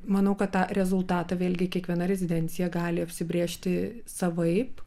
manau kad tą rezultatą vėlgi kiekviena rezidencija gali apsibrėžti savaip